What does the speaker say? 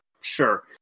Sure